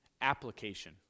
application